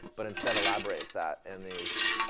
but instead elaborates that in these,